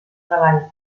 treball